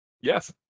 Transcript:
Yes